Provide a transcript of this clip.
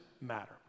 matter